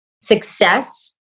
success